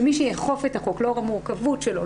שמי שיאכוף את החוק לאור המורכבות שלו,